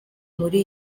muri